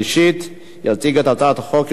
תמשיך להמשך דיון